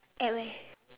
at where